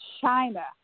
China